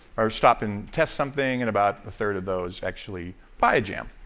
or stop and test something, and about a third of those actually buy a jam.